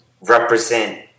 represent